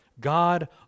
God